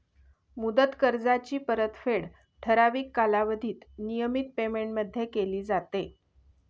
मुदत कर्जाची परतफेड ठराविक कालावधीत नियमित पेमेंटमध्ये केली जाते